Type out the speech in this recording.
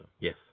Yes